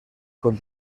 con